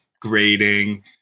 grading